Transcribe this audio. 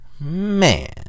Man